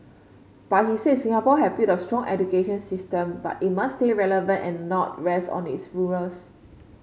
but he said Singapore have built a strong education system but it must stay relevant and not rest on its laurels